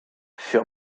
fut